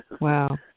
Wow